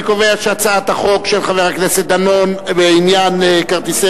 אני קובע שהצעת החוק של חבר הכנסת דנון בעניין כרטיסי